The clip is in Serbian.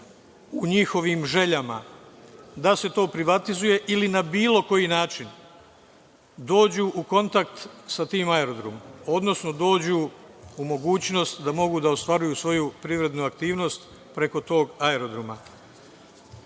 u njihovim željama da se to privatizuje ili da na bilo koji način dođu u kontakt sa tim aerodromom, odnosno dođu u mogućnost da mogu da ostvaruju svoju privrednu aktivnost preko tog aerodroma. Vaša